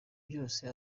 byose